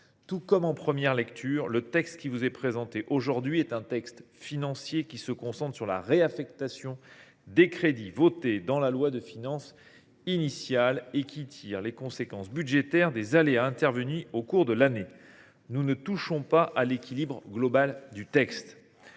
Tout comme en première lecture, le projet de loi qui vous est présenté aujourd’hui est un texte financier qui se concentre sur la réaffectation des crédits votés dans la loi de finances initiale et qui tire les conséquences budgétaires des aléas intervenus au cours de l’année. Nous ne touchons pas à son équilibre global.